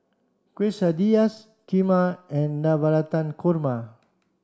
Quesadillas Kheema and Navratan Korma